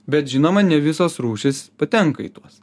bet žinoma ne visos rūšys patenka į tuos